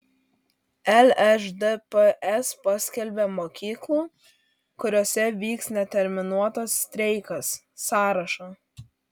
lšdps paskelbė mokyklų kuriose vyks neterminuotas streikas sąrašą